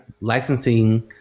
licensing